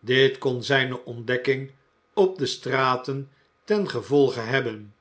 dit kon zijne ontdekking op de straten ten gevolge hebben